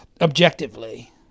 objectively